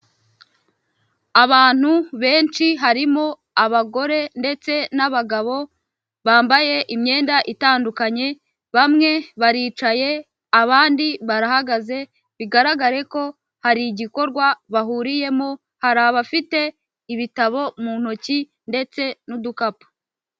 Abantu benshi harimo abagore ndetse n'abagabo bambaye imyenda itandukanye, bamwe baricaye abandi barahagaze, bigaragare ko hari igikorwa bahuriyemo, hari abafite ibitabo mu ntoki ndetse n'udukapu.